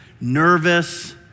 nervous